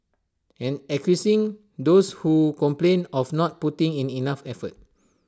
and accusing those who complained of not putting in enough effort